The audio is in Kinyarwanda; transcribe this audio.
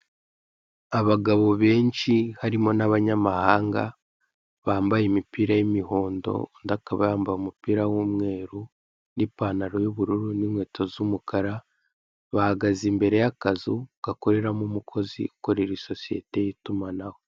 Abagabo benshi harimo n'abanyamahanga bambaye imipira y'imihondo, undi akaba yambaye umupira w'umweru n'ipantaro y'ubururu n'inkweto z'umukara, bahagaze imbere y'akazu gakoreramo umukozi ukorera isosiyete y'itumanaho.